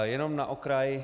Jenom na okraj.